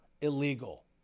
illegal